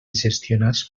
gestionats